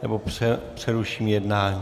Nebo přeruším jednání.